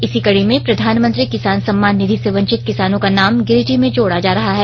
इसी कड़ी में प्रधानमंत्री किसान सम्मान निधि से वंचित किसानों का नाम गिरिडीह में जोड़ा जा रहा है